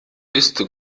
ist